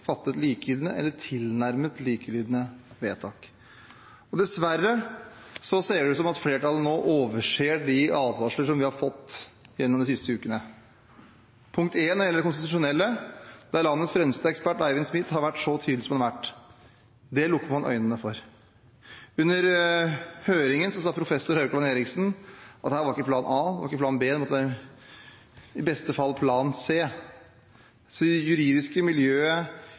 fatte «et likelydende eller tilnærmet likelydende vedtak». Dessverre ser det ut som om flertallet nå overser de advarsler som vi har fått gjennom de siste ukene. Punkt 1 gjelder det konstitusjonelle, der landets fremste ekspert, Eivind Smith, har vært så tydelig som han har vært. Det lukker man øynene for. Under høringen sa professor Haukeland Fredriksen at dette var ikke plan A, det var ikke plan B, det måtte i beste fall være plan C. Det juridiske miljøet